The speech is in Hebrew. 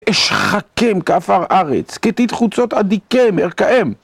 אשחקם כאפר ארץ, כתית חוצות עדיקם, ארקאם.